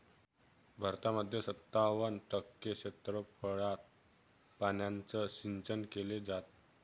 भारतामध्ये सत्तावन्न टक्के क्षेत्रफळात पाण्याचं सिंचन केले जात